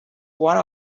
one